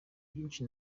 byinshi